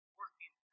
working